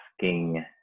asking